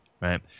right